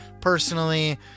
personally